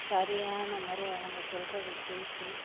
சரியான முறை அவங்க சொல்றதை கேட்டு